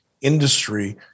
industry